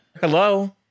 Hello